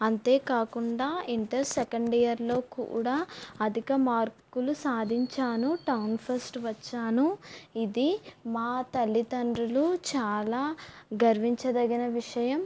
అంతే కాకుండా inter second ఇయర్లో కూడా అధిక మార్కులు సాధించాను టౌన్ ఫస్ట్ వచ్చాను ఇది మా తల్లిదండ్రులు చాలా గర్వించదగిన విషయం